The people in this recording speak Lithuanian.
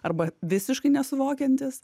arba visiškai nesuvokiantys